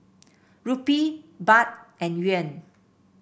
Rupee Baht and Yuan